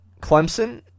Clemson